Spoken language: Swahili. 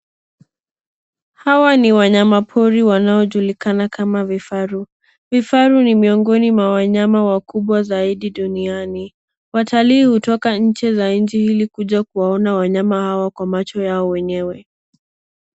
Hawa ni wanyama pori wanaojulikana kama vifaru. Vifaru ni miongoni mwa wanyama wakubwa zaidi duniani. Watalii hutoka nje za nchi hili kuja kuwaona wanyama hawa kwa macho yao wenyewe.